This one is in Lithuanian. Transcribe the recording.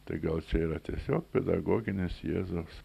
tai gal čia yra tiesiog pedagoginis jėzaus